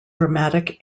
dramatic